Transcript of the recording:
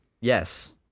yes